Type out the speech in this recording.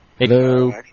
Hello